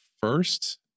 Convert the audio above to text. first